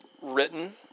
written